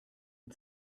and